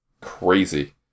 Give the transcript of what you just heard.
Crazy